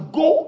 go